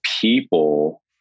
people